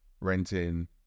renting